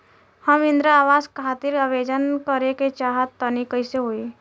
हम इंद्रा आवास खातिर आवेदन करे क चाहऽ तनि कइसे होई?